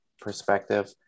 perspective